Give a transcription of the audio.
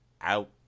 out